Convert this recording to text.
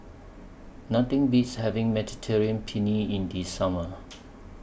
Nothing Beats having Mediterranean Penne in The Summer